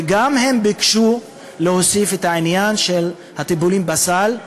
וגם הם ביקשו להוסיף את העניין של הטיפולים בסל,